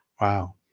Wow